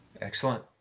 excellent